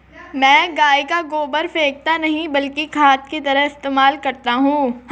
मैं गाय का गोबर फेकता नही बल्कि खाद की तरह इस्तेमाल करता हूं